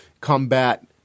combat